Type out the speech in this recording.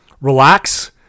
relax